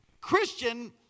Christian